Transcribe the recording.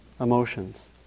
emotions